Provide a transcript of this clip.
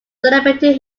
celebrated